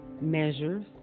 measures